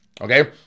Okay